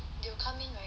they'll come in right